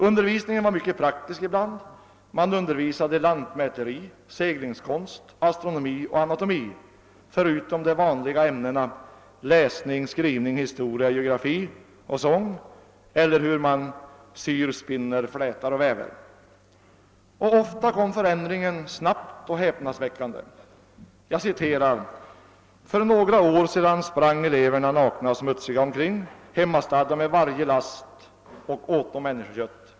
Undervisningen var mycket praktisk ibland — man undervisade i lantmäteri, seglingskonst, astronomi och anatomi förutom i de vanliga ämnena läsning, skrivning, historia, geografi och sång eller i hur man syr, spinner, flätar och väver. Ofta kom förändringen snabbt och var häpnadsväckande: »För några år sedan sprungo eleverna nakna och smutsiga omkring, hemmastadda med varje last och åto människokött.